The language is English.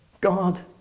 God